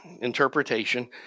interpretation